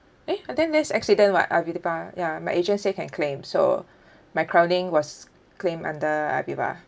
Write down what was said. eh ah then that's accident what aviva ya my agent say can claim so my crowning was claimed under aviva